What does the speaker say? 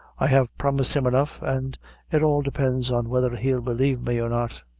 i have promised him enough, and it all depends on whether he'll believe me or not.